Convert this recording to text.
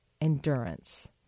endurance